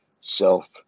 self